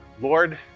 Lord